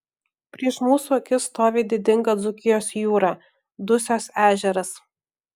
prieš mūsų akis stovi didinga dzūkijos jūra dusios ežeras